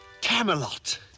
Camelot